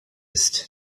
ist